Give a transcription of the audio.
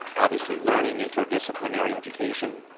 obviously, learning interdisciplinary education.